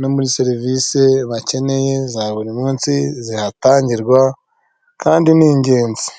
no muri serivisi bakeneye za buri munsi zihatangirwa kandi ni ingenzi.